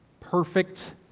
perfect